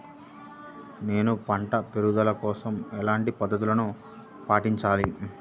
నేను పంట పెరుగుదల కోసం ఎలాంటి పద్దతులను పాటించాలి?